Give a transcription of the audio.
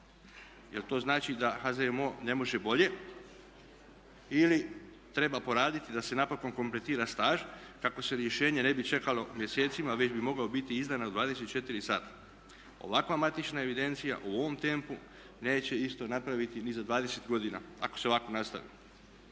Jel to znači da HZMO ne može bolje ili treba poraditi da se napokon kompletira staž kako se rješenje ne bi čekalo mjesecima već bi moglo biti izdano u 24 sata. Ovakva matična evidencija u ovom tempu neće isto napraviti ni za 20 godina ako se ovako nastavi.